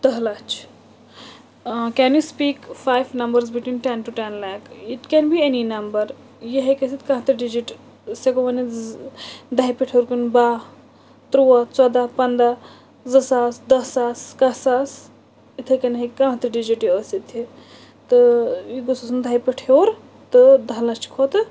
دَہ لَچھ ٲں can you speak five numbers between ten to ten like it can be any number ہیٚکہِ ٲسِتھ کانٛہہ تہِ ڈِجِٹ أسۍ ہیٚکو ؤنِتھ زٕ دَہہِ پٮ۪ٹھ ہیٛور کُن باہ تُرٛواہ ژۄداہ پنٛداہ زٕ ساس دَہ ساس کاہ ساس یتھٔے کَٔنۍ ہیٚکہِ کانٛہہ تہِ ڈِجِٹ یہِ ٲسِتھ یہِ تہٕ یہِ گوٚژھ آسُن دَہہِ پٮ۪ٹھ ہیٛور تہٕ دَہ لَچھ کھۄتہٕ